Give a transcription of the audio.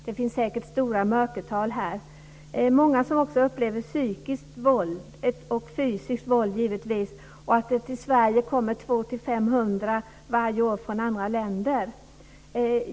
Det finns säkert stora mörkertal här. Det är många som också upplever psykiskt våld, och givetvis fysiskt våld. Till Sverige kommer det 200 500 varje år från andra länder.